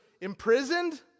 imprisoned